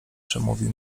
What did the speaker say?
przemówił